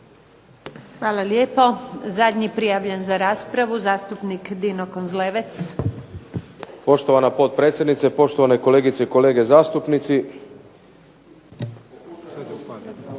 Hvala lijepo. Zadnji prijavljen za raspravu, zastupnik Dino Kozlevac. **Kozlevac, Dino (SDP)** Poštovana potpredsjednice. Poštovane kolegice i kolege zastupnici.